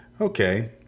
Okay